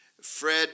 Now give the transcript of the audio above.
Fred